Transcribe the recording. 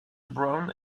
brown